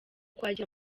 kwakira